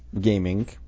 gaming